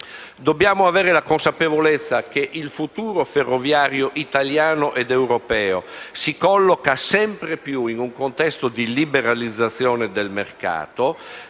Dobbiamo avere la consapevolezza che il futuro ferroviario italiano ed europeo si colloca sempre più in un contesto di liberalizzazione del mercato